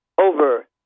over